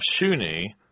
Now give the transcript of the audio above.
Shuni